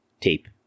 tape